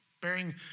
bearing